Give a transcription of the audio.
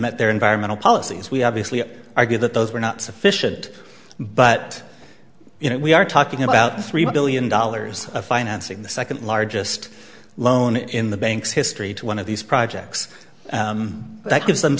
met their environmental policies we obviously argued that those were not sufficient but you know we are talking about three billion dollars of financing the second largest loan in the bank's history to one of these projects